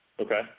Okay